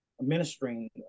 ministering